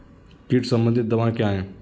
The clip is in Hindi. कीट संबंधित दवाएँ क्या हैं?